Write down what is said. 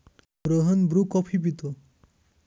Rohan Bru coffee पितो